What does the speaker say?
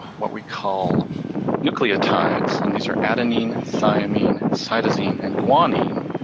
what we call nucleotides. and these are adenine, thymine, cytosine, and guanine.